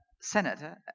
Senator